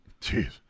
Jeez